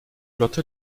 lotte